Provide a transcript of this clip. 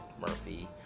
Murphy